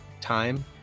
time